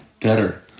better